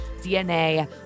DNA